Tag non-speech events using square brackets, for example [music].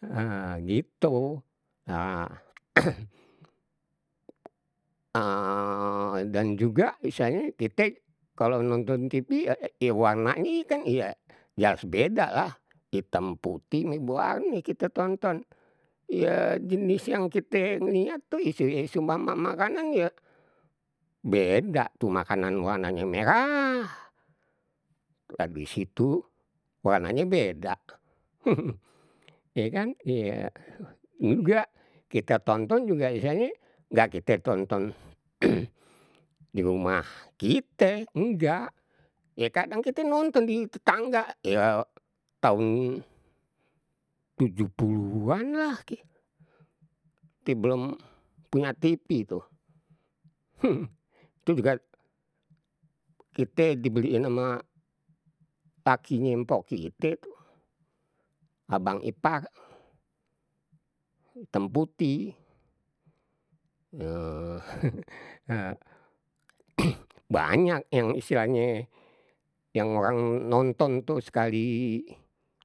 nah gitu [noise] [hesitation] gitu dan juga misalnye kite kalau nonton tv, ya warna ini kan, ya jelas beda lah. Item putih berwarne, kite tonton. Ya jenis yang kite ngliat tu isu isu ma makanan makanan ya beda tu makanan warnanye merah tapi di situ warnanye beda. [laughs] Ya kan dan ya juga kite tonton juga istilahnue nggak kite tonton [noise] di rumah kite enggak ya kadang kita nonton di tetangga ya tahun tuju puluhan lah. Kite belum punya tv itu [laughs] itu juga kite, dibeliin ama lakiye mpok kite tuh, abang ipar item putih. [hesitation] [laughs] [noise] banyak yang istilahnye, yang orang nonton tuh sekali